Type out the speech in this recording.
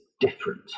different